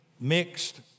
mixed